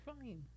fine